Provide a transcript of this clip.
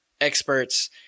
experts